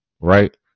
right